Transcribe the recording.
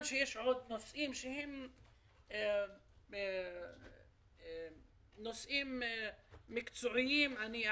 אנחנו לא רוצים להשאיר את הקבוצות השונות מתוסכלות ומסתכלות